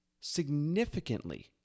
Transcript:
significantly